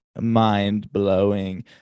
mind-blowing